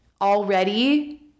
already